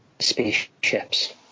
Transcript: spaceships